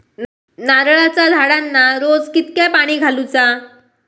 नारळाचा झाडांना रोज कितक्या पाणी घालुचा?